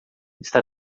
está